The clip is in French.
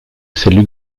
celles